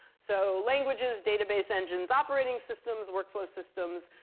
so languages, database engines, operating systems, workflow systems.